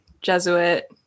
Jesuit